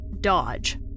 dodge